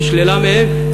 נשללה מהם,